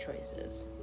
choices